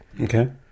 okay